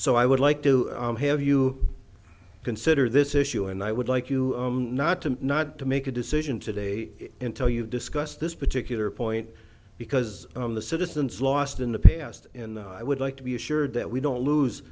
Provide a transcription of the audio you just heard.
so i would like to have you consider this issue and i would like you not to not to make a decision today intel you discuss this particular point because of the citizens lost in the past in the i would like to be assured that we don't lose